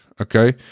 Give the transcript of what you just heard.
Okay